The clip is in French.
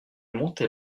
montait